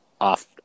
off